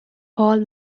paul